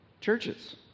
churches